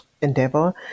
endeavor